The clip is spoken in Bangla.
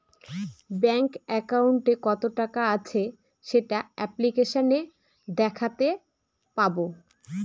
ব্যাঙ্ক একাউন্টে কত টাকা আছে সেটা অ্যাপ্লিকেসনে দেখাতে পাবো